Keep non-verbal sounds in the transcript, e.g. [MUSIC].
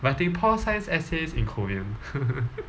writing pol science essays in korean [LAUGHS]